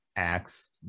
acts